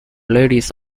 ladies